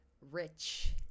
rich